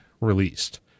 released